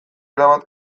erabat